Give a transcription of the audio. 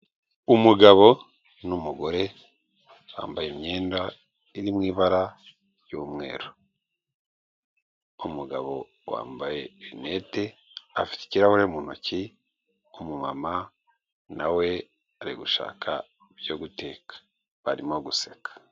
Umugabo n'umugore bambaye imyenda iri mu ibara ry'umweru, umugabo wambaye rinete afite ikirahure mu ntoki, umumama na we ari gushaka ibyo guteka barimo guseka.